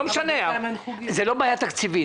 לא בעיה תקציבית.